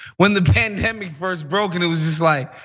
when the pandemic first broke and it was just like,